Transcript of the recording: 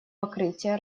покрытия